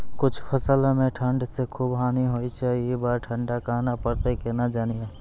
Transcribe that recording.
कुछ फसल मे ठंड से खूब हानि होय छैय ई बार ठंडा कहना परतै केना जानये?